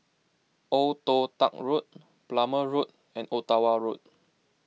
Old Toh Tuck Road Plumer Road and Ottawa Road